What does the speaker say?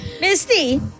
Misty